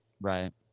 Right